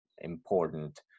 important